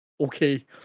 Okay